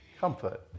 comfort